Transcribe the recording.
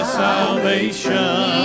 salvation